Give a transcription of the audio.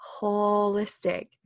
Holistic